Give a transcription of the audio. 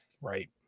Right